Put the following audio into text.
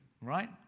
right